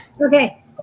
Okay